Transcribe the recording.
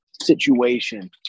situation